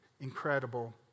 incredible